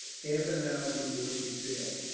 half an hour before she sailed.